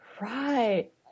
Right